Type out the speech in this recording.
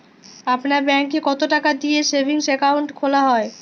আপনার ব্যাংকে কতো টাকা দিয়ে সেভিংস অ্যাকাউন্ট খোলা হয়?